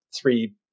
three